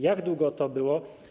Jak długo to było?